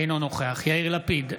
אינו נוכח יאיר לפיד,